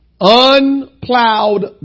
Unplowed